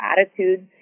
attitudes